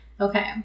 Okay